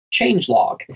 changelog